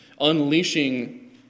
unleashing